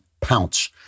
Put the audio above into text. pounce